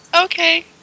okay